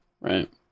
right